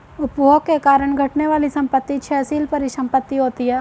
उपभोग के कारण घटने वाली संपत्ति क्षयशील परिसंपत्ति होती हैं